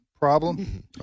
Problem